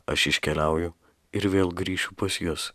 aš iškeliauju ir vėl grįšiu pas jus